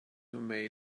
may